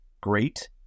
great